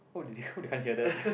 oh they oh they can't hear that